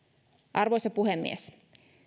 arvoisa puhemies